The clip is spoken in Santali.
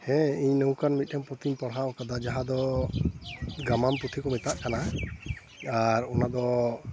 ᱦᱮᱸ ᱤᱧ ᱱᱚᱝᱠᱟᱱ ᱢᱤᱫᱴᱮᱱ ᱯᱩᱛᱷᱤᱧ ᱯᱟᱲᱦᱟᱣ ᱠᱟᱫᱟ ᱡᱟᱦᱟᱸ ᱫᱚ ᱜᱟᱢᱟᱢ ᱯᱩᱛᱷᱤ ᱠᱚ ᱢᱮᱛᱟᱜ ᱠᱟᱱᱟ ᱟᱨ ᱚᱱᱟ ᱫᱚ